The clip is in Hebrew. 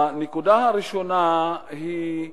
הנקודה הראשונה היא,